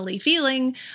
feeling